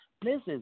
places